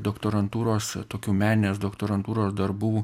doktorantūros tokių menės doktorantūros darbų